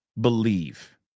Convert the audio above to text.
believe